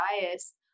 bias